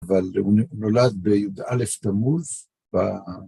אבל הוא נולד ב-א' תמוז.